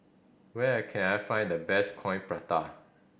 where can I find the best Coin Prata